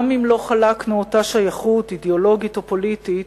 גם אם לא חלקנו אותה שייכות אידיאולוגית או פוליטית,